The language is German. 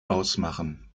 ausmachen